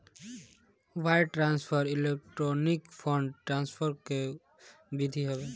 wire transfer electronic fund transfer कअ विधि हवे